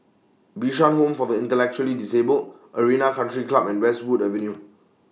Bishan Home For The Intellectually Disabled Arena Country Club and Westwood Avenue